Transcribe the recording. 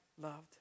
loved